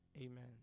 Amen